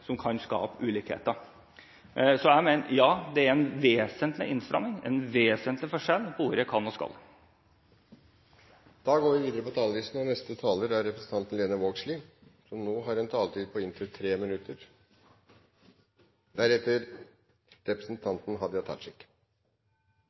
kan skape ulikheter. Så jeg mener – ja, det er en vesentlig innstramming. Det er en vesentlig forskjell på ordene «kan» og «skal». De talere som heretter får ordet, har en taletid på 3 minutter. Eg ynskjer òg berre å kommentere nokon av innspela som